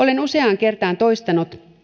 olen useaan kertaan toistanut